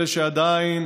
אלה שעדיין